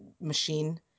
machine